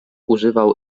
używał